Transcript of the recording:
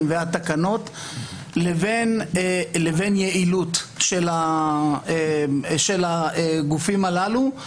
והתקנות לבין יעילות של הגופים הללו.